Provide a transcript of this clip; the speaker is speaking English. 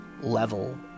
level